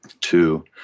Two